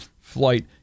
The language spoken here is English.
flight